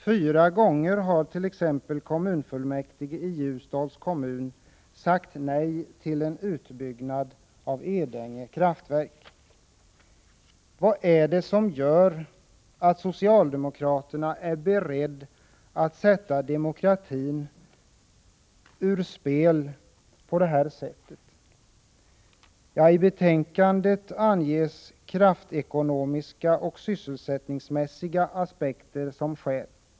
Fyra gånger har t.ex. kommunfullmäktige i Ljusdals kommun sagt nej till en utbyggnad av Edänge kraftverk. Vad är det som gör att socialdemokraterna är beredda att sätta demokratin ur spel på detta sätt? I betänkandet anges kraftekonomiska och sysselsättningsmässiga aspekter som skäl.